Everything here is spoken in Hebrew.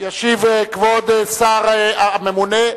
ישיב כבוד השר הממונה,